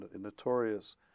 notorious